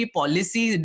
policy